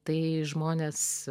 tai žmonės